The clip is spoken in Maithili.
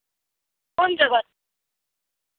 कोन जगह